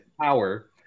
power